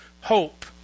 hope